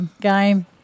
game